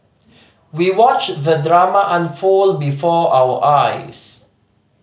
we watched the drama unfold before our eyes